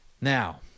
Now